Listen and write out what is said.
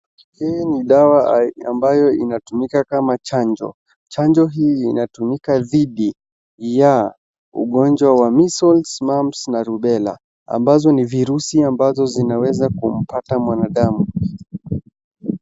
Hii ni dawa ambayo inatumika kama chanjo, chanjo hii inatumika dhidi ya ugonjwa wa Measles Mumps na Rubbella ambazo ni virusi ambazo zinaweza kumpata mwanadamu.